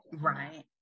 Right